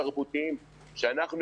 תקצבו אתכם.